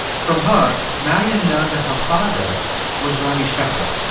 from her, marion learned that her father was riley shepard.